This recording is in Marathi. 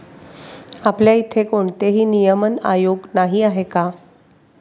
आपल्या इथे कोणतेही नियमन आयोग नाही आहे का?